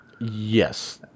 Yes